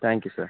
thank you sir